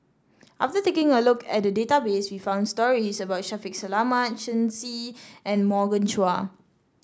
after taking a look at the database we found stories about Shaffiq Selamat Shen Xi and Morgan Chua